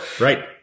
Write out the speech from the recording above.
Right